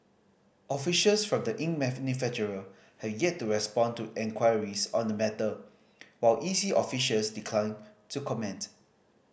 officials from the ink have yet to respond to inquires on the matter while E C officials declined to comment